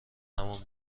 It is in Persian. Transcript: همان